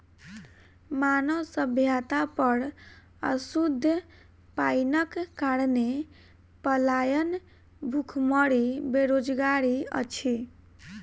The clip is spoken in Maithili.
मानव सभ्यता पर अशुद्ध पाइनक कारणेँ पलायन, भुखमरी, बेरोजगारी अछि